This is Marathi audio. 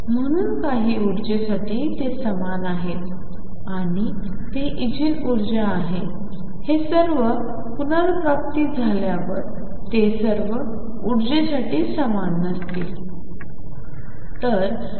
म्हणून काही उर्जेसाठी ते समान आहेत आणि ते इगेन ऊर्जा आहे हे सर्व पुनर्प्राप्ती झाल्यावर ते सर्व उर्जेसाठी समान नसतील